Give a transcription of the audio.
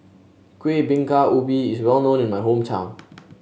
Kuih Bingka Ubi is well known in my hometown